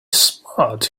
smart